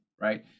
right